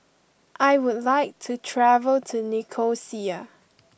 I would like to travel to Nicosia